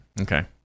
Okay